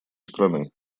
страны